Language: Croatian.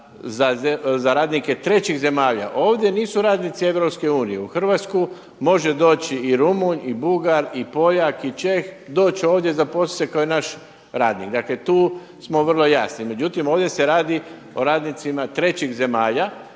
za radnike trećih zemalja. Ovdje nisu radnici EU. U Hrvatsku može doći i Rumunj i Bugar i Poljak i Čeh doći ovdje i zaposliti se kao i naš radnik, dakle tu smo vrlo jasni. Međutim ovdje se radi o radnicima trećih zemalja